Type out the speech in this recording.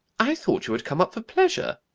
i thought you had come up for pleasure.